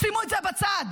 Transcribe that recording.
ושימו את זה בצד.